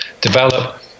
develop